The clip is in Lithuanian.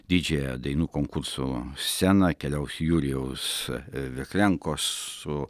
didžiąją dainų konkurso sceną keliaus jurijaus veklenkos su